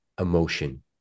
emotion